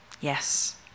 yes